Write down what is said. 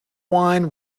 wine